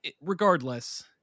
Regardless